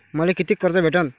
मले कितीक कर्ज भेटन?